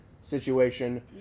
situation